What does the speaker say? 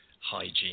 hygiene